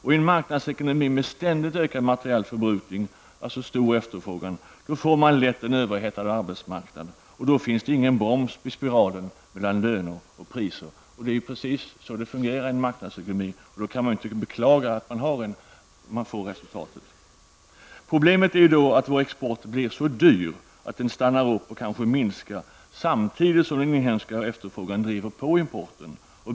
I en marknadsekonomi med en ständigt ökad materiell förbrukning, alltså stor efterfrågan, får man lätt en överhettad arbetsmarknad. Då finns det ingen broms på spiralen med löner och priser. Det är ju precis som det fungerar i en marknadsekonomi, och då kan man inte klaga om man får detta resultat. Problemet är att vår export blir så dyr att den stannar upp och kanske minskar, samtidigt som den inhemska efterfrågan driver på importen.